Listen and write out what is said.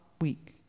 week